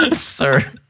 sir